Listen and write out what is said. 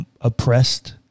oppressed